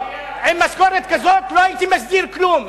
עם משכורת כזאת לא הייתי מסדיר כלום,